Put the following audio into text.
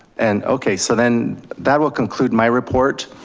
and okay, so then that will conclude my report.